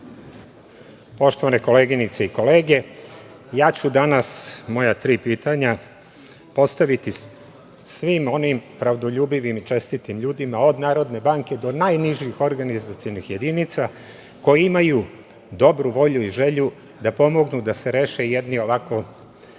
Poštovane koleginice i kolege, ja ću danas moja tri pitanja postaviti svim onim pravdoljubivim i čestitim ljudima od Narodne banke do najnižih organizacionih jedinica koje imaju dobru volju i želju da pomognu da se reše jedni ovako